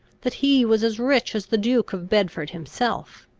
that he was as rich as the duke of bedford himself.